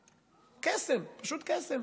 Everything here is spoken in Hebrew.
קסם, פשוט קסם.